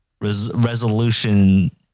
resolution